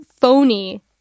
phony